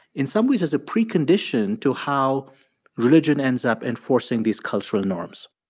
in some ways, as a precondition to how religion ends up enforcing these cultural norms?